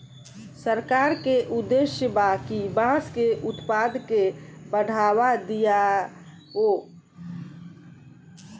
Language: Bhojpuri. सरकार के उद्देश्य बा कि बांस के उत्पाद के बढ़ावा दियाव